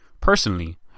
Personally